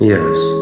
Yes